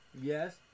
Yes